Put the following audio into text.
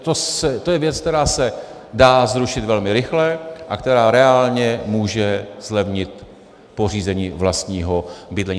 To je věc, která se dá zrušit velmi rychle a která reálně může zlevnit pořízení vlastního bydlení.